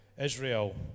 Israel